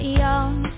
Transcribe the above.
young